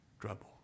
trouble